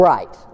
Right